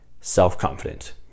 self-confident